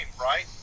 right